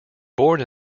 born